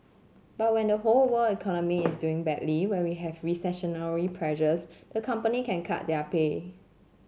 but when the whole world economy is doing badly when we have recessionary pressures the company can cut their pay